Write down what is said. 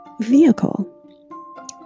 vehicle